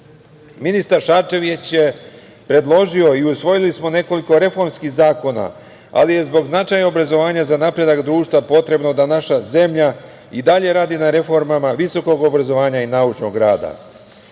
ministar Šarčević je predložio i usvojili smo nekoliko reformskih zakona, ali je zbog značaja obrazovanja za napredak društva potrebno da naša zemlja i dalje radi na reformama visokog obrazovanja i naučnog rada. Zato